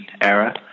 era